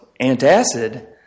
antacid